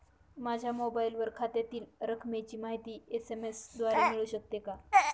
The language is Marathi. माझ्या मोबाईलवर खात्यातील रकमेची माहिती एस.एम.एस द्वारे मिळू शकते का?